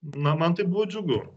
na man tai buvo džiugu